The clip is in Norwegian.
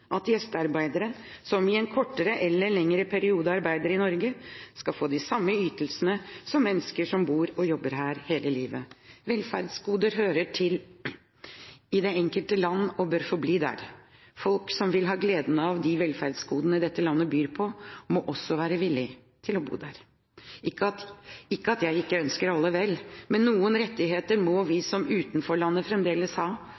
at gjestearbeidere, som i en kortere eller lengre periode arbeider i Norge, skal få de samme ytelsene som mennesker som bor og jobber her hele livet. Velferdsgoder hører til i det enkelte land og bør forbli der. Folk som vil ha gleden av de velferdsgodene dette landet byr på, må også være villig til å bo her. Ikke at jeg ikke ønsker alle vel, men noen rettigheter må vi som utenforland fremdeles ha.